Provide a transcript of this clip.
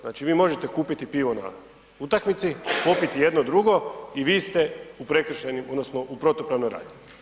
Znači vi možete kupiti pivo na utakmici, popiti jedno, drugo i vi ste u prekršajnim odnosno u protupravnoj radnji.